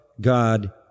God